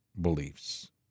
beliefs